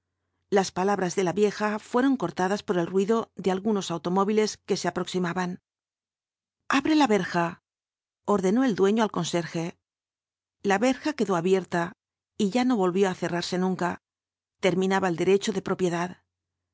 las palabras de la vieja fueron cortadas por el ruido de algunos automóviles que se aproximaban abre la verja ordenó el dueño al conserje la verja quedó abierta y ya no volvió á cerrarse nunca terminaba el derecho de propiedad